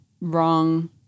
wrong